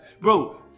bro